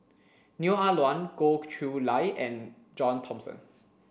Neo Ah Luan Goh Chiew Lye and John Thomson